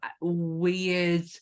weird